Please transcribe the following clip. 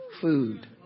food